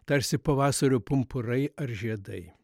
tarsi pavasario pumpurai ar žiedai